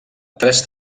tres